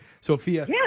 Sophia